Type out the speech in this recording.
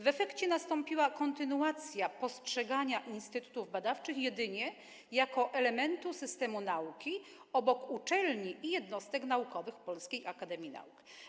W efekcie nastąpiła kontynuacja postrzegania instytutów badawczych jedynie jako elementu systemu nauki obok uczelni i jednostek naukowych Polskiej Akademii Nauk.